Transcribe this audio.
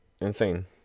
Insane